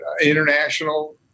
international